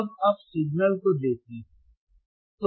अब आप इस सिग्नल को देखें